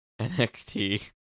NXT